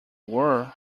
were